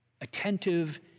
attentive